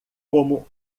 como